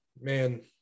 man